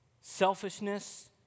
selfishness